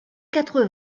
quatre